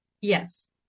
yes